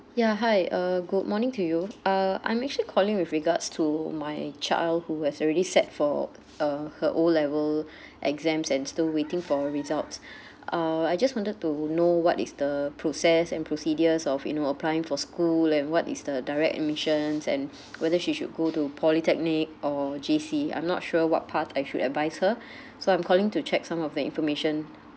ya hi uh good morning to you uh I'm actually calling with regards to my child who has already sat for uh her O level exams and still waiting for her results uh I just wanted to know what is the process and procedures of you know applying for school and what is the direct admissions and whether she should go to polytechnic or J_C I'm not sure what path I should advise her so I'm calling to check some of the information